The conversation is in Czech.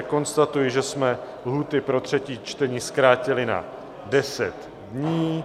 Konstatuji, že jsme lhůty pro třetí čtení zkrátili na 10 dní.